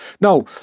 Now